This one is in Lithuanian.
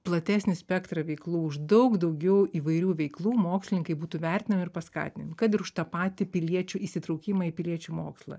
platesnį spektrą veiklų už daug daugiau įvairių veiklų mokslininkai būtų vertinami ir paskatinami kad ir už tą patį piliečių įsitraukimą į piliečių mokslą